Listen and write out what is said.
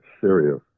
serious